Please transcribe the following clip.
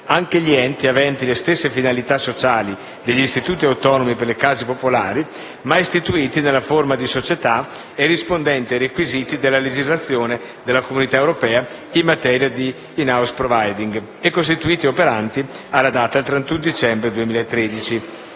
anche gli enti aventi le stesse finalità sociali degli istituti autonomi per le case popolari, ma istituiti nella forma di società e rispondenti ai requisiti della legislazione della Comunità europea in materia di *in house providing* e costituiti e operanti alla data del 31 dicembre 2013.